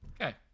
Okay